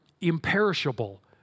imperishable